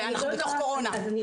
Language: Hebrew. ואנחנו בתוך קורונה.